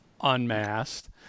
unmasked